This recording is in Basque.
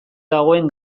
dagoen